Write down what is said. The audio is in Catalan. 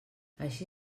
així